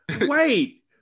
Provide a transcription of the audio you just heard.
Wait